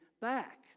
back